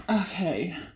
Okay